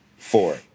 Four